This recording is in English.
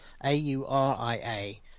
a-u-r-i-a